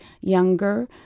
younger